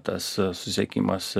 tas susisiekimas